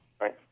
Right